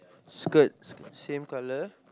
skirt same color